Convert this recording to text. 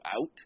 out